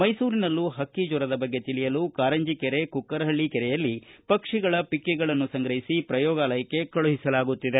ಮೈಸೂರಿನಲ್ಲಿ ಹಕ್ಕಿ ಜ್ವರದ ಬಗ್ಗೆ ತಿಳಿಯಲು ಕಾರಂಜಿಕೆರೆ ಕುಕ್ಕರಹಳ್ಳ ಕೆರೆಯಲ್ಲಿ ಪಕ್ಷಿಗಳ ಪಕ್ಕಿಗಳನ್ನು ಸಂಗ್ರಹಿಸಿ ಪ್ರಯೋಗಾಲಯಕ್ಕೆ ಕಳುಹಿಸಲಾಗುತ್ತಿದೆ